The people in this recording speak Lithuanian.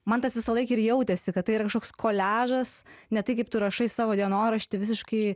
man tas visąlaik ir jautėsi kad tai yra kažkoks koliažas ne tai kaip tu rašai savo dienorašty visiškai